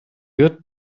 good